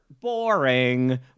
boring